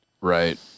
Right